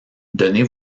donnez